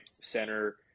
center